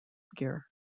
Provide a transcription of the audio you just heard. gear